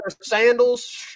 Sandals